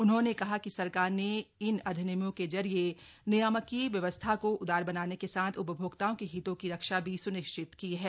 उन्होंने कहा कि सरकार ने इन अधिनियमों के जरिए नियामकीय व्यवस्था को उदार बनाने के साथ उपभोक्ताओं के हितों की रक्षा भी सुनिश्चित की है